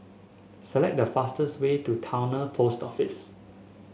select the fastest way to Towner Post Office